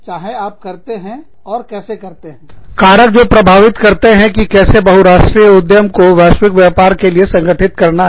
चाहे आप करते हैं और कैसे करते हैं कारक जो प्रभावित करते हैं कि कैसे बहुराष्ट्रीय उद्यम को वैश्विक व्यापार के लिए संगठित करना है